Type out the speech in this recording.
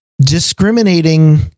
discriminating